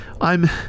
I'm-